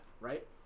right